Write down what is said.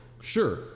Sure